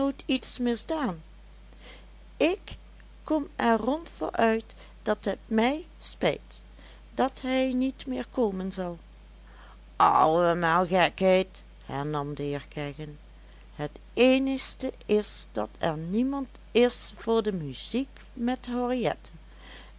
iets misdaan ik kom er rond vooruit dat het mij spijt dat hij niet meer komen zal allemaal gekheid hernam de heer kegge het eenigste is dat er niemand is voor de muziek met